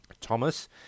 Thomas